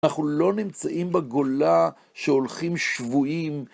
אנחנו לא נמצאים בגולה שהולכים שבויים.